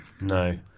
No